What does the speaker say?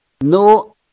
no